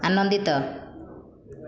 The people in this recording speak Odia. ଆନନ୍ଦିତ